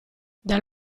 dal